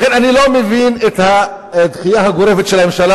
לכן אני לא מבין את הדחייה הגורפת של הממשלה.